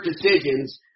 decisions